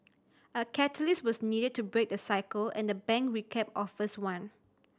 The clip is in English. a catalyst was needed to break the cycle and the bank recap offers one